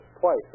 twice